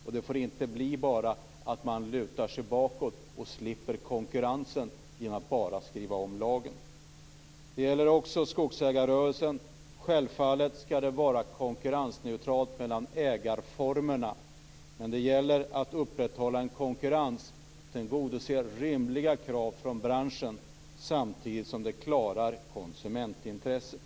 Och det får inte bli så att man lutar sig tillbaka och slipper konkurrensen genom att bara skriva om lagen. Det gäller också skogsägarrörelsen. Självfallet skall det vara konkurrensneutralitet mellan ägarformerna. Men det gäller att upprätthålla en konkurrens som tillgodoser rimliga krav från branschen samtidigt som den klarar konsumentintresset.